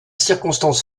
circonstance